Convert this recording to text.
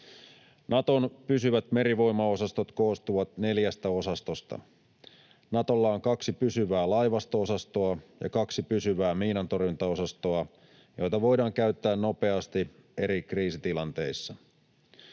Naton pysyvät merivoimaosastot koostuvat neljästä osastosta. Natolla on kaksi pysyvää laivasto-osastoa ja kaksi pysyvää miinantorjuntaosastoa, joita voidaan käyttää nopeasti eri kriisitilanteissa.